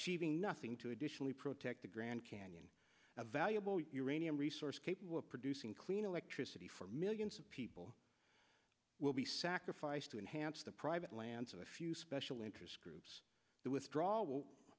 cheating nothing to additionally protect the grand canyon a valuable uranium resource capable of producing clean electricity for millions of people will be sacrificed to enhance the private lands of the few special interest groups the withdrawal will